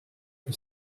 and